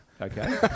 Okay